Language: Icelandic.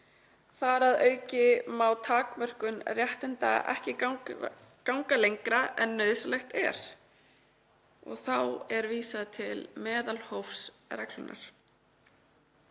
Þar að auki má takmörkun réttinda ekki ganga lengra en nauðsynlegt er. Þá er vísað til meðalhófsreglunnar.